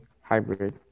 hybrid